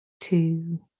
two